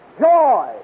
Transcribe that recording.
joy